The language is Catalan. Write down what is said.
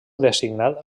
designat